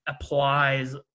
applies